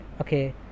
Okay